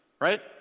right